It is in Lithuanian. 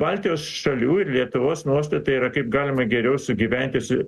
baltijos šalių ir lietuvos nuostata yra kaip galima geriau sugyventi su